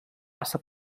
passa